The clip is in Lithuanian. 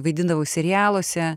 vaidindavau serialuose